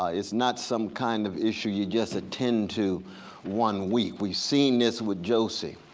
it's not some kind of issue you just attend to one week. we've seen this with josie.